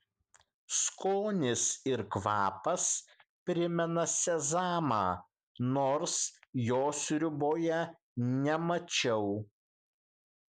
skonis ir kvapas primena sezamą nors jo sriuboje nemačiau